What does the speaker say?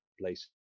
places